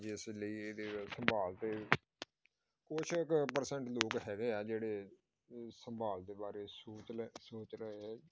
ਜਿਸ ਲਈ ਇਹਦੀ ਸੰਭਾਲ 'ਤੇ ਕੁਛ ਕੁ ਪਰਸੈਂਟ ਲੋਕ ਹੈਗੇ ਆ ਜਿਹੜੇ ਸੰਭਾਲ ਦੇ ਬਾਰੇ ਸੋਚ ਲੈ ਸੋਚ ਰਹੇ ਐ